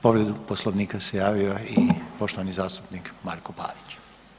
Povredu Poslovnika se javio i poštovani zastupnik Marko Pavić.